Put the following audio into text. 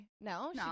no